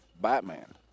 Batman